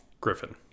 Griffin